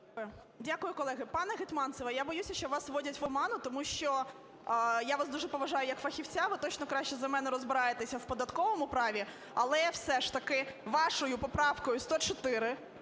Дякую, колеги. Пане Гетманцев, я боюся, що вас вводять в оману, тому що я вас дуже поважаю як фахівця, ви точно краще за мене розбираєтесь в податковому праві, але все ж таки вашою поправкою 104